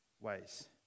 ways